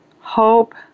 hope